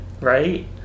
right